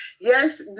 yes